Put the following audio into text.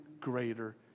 greater